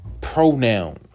pronoun